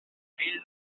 fill